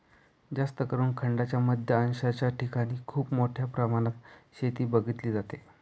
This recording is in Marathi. जास्तकरून खंडांच्या मध्य अक्षांशाच्या ठिकाणी खूप मोठ्या प्रमाणात शेती बघितली जाते